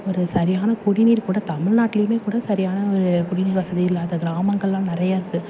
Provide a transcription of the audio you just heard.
ஒரு சரியான குடிநீர் கூட தமிழ்நாட்லேயுமே கூட சரியான ஒரு குடிநீர் வசதி இல்லாத கிராமங்கள்லாம் நிறையா இருக்குது